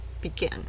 begin